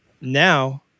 now